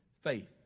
faith